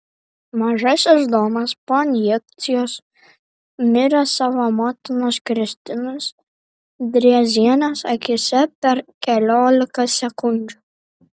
mažasis domas po injekcijos mirė savo motinos kristinos drėzienės akyse per keliolika sekundžių